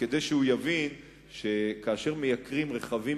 וכדי שהוא יבין שכאשר מייקרים רכבים